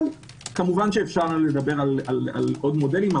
אפשר כמובן לדבר על עוד מודלים,